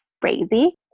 crazy